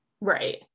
Right